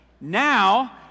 Now